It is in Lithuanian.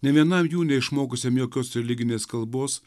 ne vienam jų neišmokusiam jokios religinės kalbos